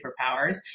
superpowers